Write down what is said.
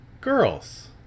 girls